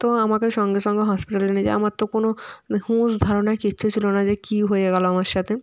তো আমাকে সঙ্গে সঙ্গে হসপিটালে নিয়ে যাওয়া আমার তো কোন মানে হুঁশ ধারণা কিচ্ছু ছিল না যে কী হয়ে গেল আমার সাথে